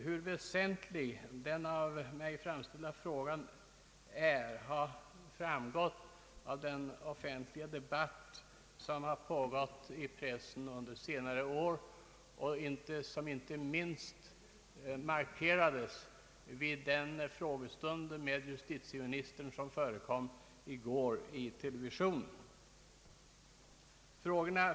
Hur väsentlig den av mig framställda frågan är, har framgått av den offentliga debatt som har pågått i pressen under senare år och som inte minst markerades vid den frågestund med justitieministern som förekom i går i televisionen.